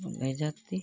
औ लैय जाती है